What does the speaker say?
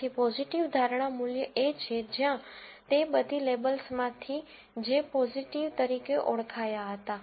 તેથી પોઝીટિવ ધારણા મૂલ્ય એ છે જ્યાં તે બધા લેબલ્સમાંથી જે પોઝીટિવ તરીકે ઓળખાયા હતા